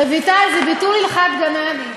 רויטל, זה ביטול הלכת גנני.